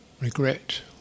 regret